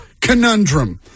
conundrum